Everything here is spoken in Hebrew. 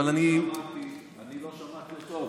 אני לא שמעתי אותו,